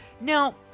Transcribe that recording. Now